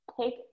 take